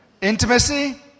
Intimacy